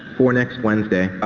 for next wednesday,